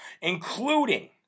including